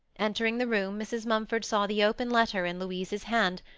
entering the room, mrs. mumford saw the open letter in louise's hand,